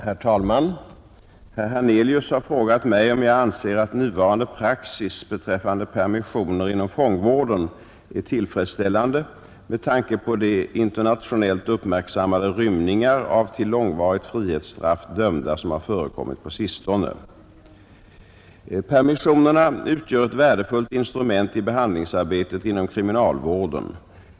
Herr talman! Herr Hernelius har frågat mig om jag anser att nuvarande praxis beträffande permissioner inom fångvården är tillfredsställande med tanke på de internationellt uppmärksammade rymningar av till långvarigt frihetsstraff dömda som har förekommit på sistone. Permissionerna utgör ett värdefullt instrument i behandlingsarbetet inom kriminalvården.